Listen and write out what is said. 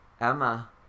Emma